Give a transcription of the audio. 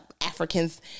Africans